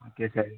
okay sir